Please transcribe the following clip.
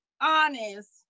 honest